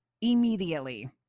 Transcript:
immediately